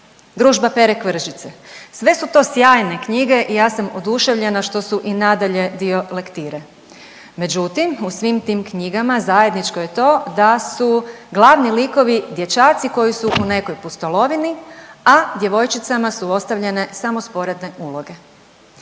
Družba Pere Kvržice sve su to sjajne knjige i ja sam oduševljena što su i nadalje dio lektire. Međutim, u svim tim knjigama zajedničko je to da su glavni likovi dječaci koji su u nekoj pustolovini, a djevojčicama su ostavljene samo sporedne uloge.